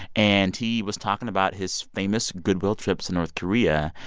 and he was talking about his famous goodwill trips in north korea.